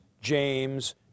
James